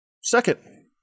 Second